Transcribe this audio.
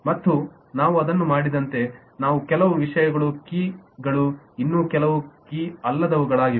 ಮತ್ತು ನಾವು ಅದನ್ನು ಮಾಡಿದಂತೆ ನಾವು ಕೆಲವು ವಿಷಯಗಳು ಕೀಗಳು ಇನ್ನುಕೆಲವು ಕೀ ಅಲ್ಲದವುಗಲಾಗಿವೆ